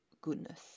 goodness